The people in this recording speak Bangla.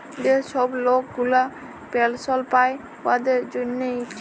যে ছব লক গুলা পেলসল পায় উয়াদের জ্যনহে ইট